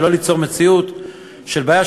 ולא ליצור מציאות של בעיה,